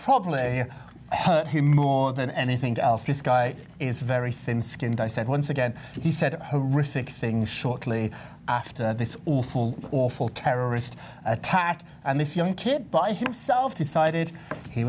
probably he move on than anything else this guy is very thin skinned i said once again he said horrific things shortly after this awful awful terrorist attack and this young kid by himself decided he